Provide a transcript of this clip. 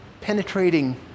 penetrating